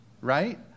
right